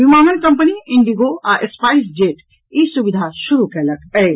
विमानन कंपनी इंडिगो आ स्पाईस जेट ई सुविधा शुरू कयलक अछि